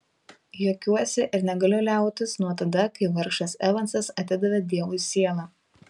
juokiuosi ir negaliu liautis nuo tada kai vargšas evansas atidavė dievui sielą